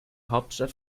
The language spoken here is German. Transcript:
hauptstadt